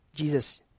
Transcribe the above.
Jesus